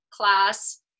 class